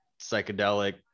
psychedelic